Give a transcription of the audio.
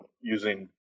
using